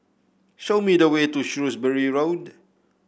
show me the way to Shrewsbury Road